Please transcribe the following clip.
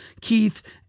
Keith